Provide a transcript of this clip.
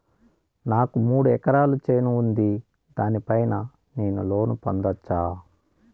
నాకు మూడు ఎకరాలు చేను ఉంది, దాని పైన నేను లోను పొందొచ్చా?